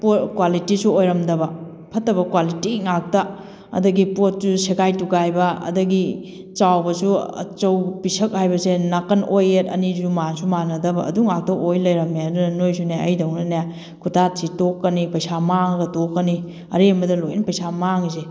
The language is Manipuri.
ꯄꯣꯠ ꯀ꯭ꯋꯥꯂꯤꯇꯤꯁꯨ ꯑꯣꯏꯔꯝꯗꯕ ꯐꯠꯇꯕ ꯀ꯭ꯋꯥꯂꯤꯇꯤ ꯉꯥꯛꯇ ꯑꯗꯒꯤ ꯄꯣꯠꯁꯨ ꯁꯦꯒꯥꯏ ꯇꯨꯒꯥꯏꯕ ꯑꯗꯒꯤ ꯆꯥꯎꯕꯁꯨ ꯑꯆꯧ ꯄꯤꯁꯛ ꯍꯥꯏꯕꯁꯦ ꯅꯥꯀꯟ ꯑꯣꯏ ꯌꯦꯠ ꯑꯅꯤꯁꯨ ꯃꯥꯟꯁꯨ ꯃꯥꯟꯅꯗꯕ ꯑꯗꯨ ꯉꯥꯛꯇ ꯑꯣꯏ ꯂꯩꯔꯝꯃꯦ ꯑꯗꯨꯗꯨꯅ ꯅꯣꯏꯁꯨꯅꯦ ꯑꯩꯗꯧꯅꯅꯦ ꯈꯨꯠꯇꯥ ꯊꯤ ꯇꯣꯛꯀꯅꯤ ꯄꯩꯁꯥ ꯃꯥꯡꯉꯒ ꯇꯣꯛꯀꯅꯤ ꯑꯔꯦꯝꯕꯗ ꯂꯣꯏꯅ ꯄꯩꯁꯥ ꯃꯥꯡꯉꯤꯁꯦ